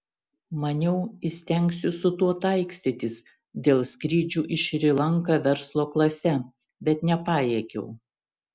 maniau įstengsiu su tuo taikstytis dėl skrydžių į šri lanką verslo klase bet nepajėgiau